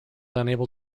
unable